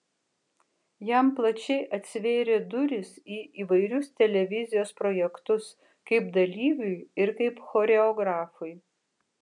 jam plačiai atsivėrė durys į įvairius televizijos projektus kaip dalyviui ir kaip choreografui